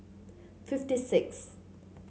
fifty six